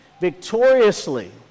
Victoriously